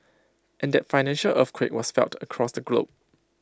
and that financial earthquake was felt across the globe